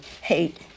hate